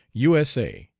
u s a,